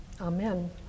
Amen